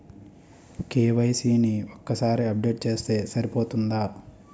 KYC ని ఒక్కసారి update చేస్తే సరిపోతుందా?